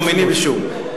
לא מאמינים בשום.